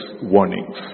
warnings